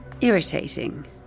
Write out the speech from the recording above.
irritating